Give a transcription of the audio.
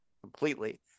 completely